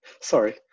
Sorry